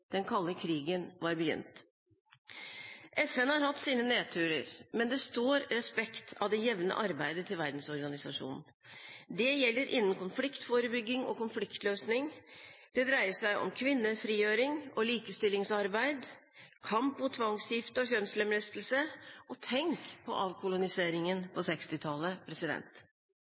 Den kalde krigen var begynt. FN har hatt sine nedturer, men det står respekt av det jevne arbeidet til verdensorganisasjonen. Det gjelder innenfor konfliktforebygging og konfliktløsning, kvinnefrigjøring og likestillingsarbeid, kamp mot tvangsekteskap og kjønnslemlestelse, og tenk på avkoloniseringen på